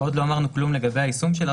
פה עדיין לא אמרנו כלום לגבי היישום שלה,